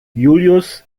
julius